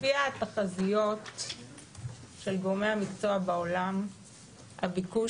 לפי התחזיות של גורמי המקצוע בעולם הביקוש